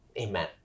Amen